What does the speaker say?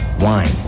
wine